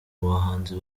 bahanzi